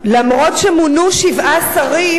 אף-על-פי שמונו שבעה שרים